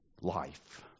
life